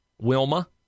Wilma